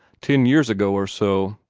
ten years ago or so.